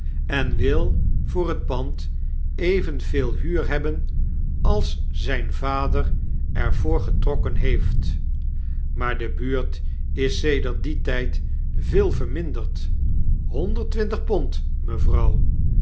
en wil voor het pand evenveel huur hebben als zyn vader er voor getrokken heeft maar de buurt is sedert dien tyd veel verminderd honderd twintig pond mevrouw